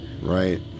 Right